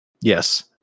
Yes